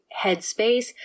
headspace